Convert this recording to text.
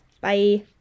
Bye